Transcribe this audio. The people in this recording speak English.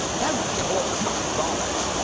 don't talk such rot!